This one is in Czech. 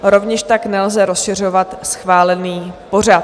Rovněž tak nelze rozšiřovat schválený pořad.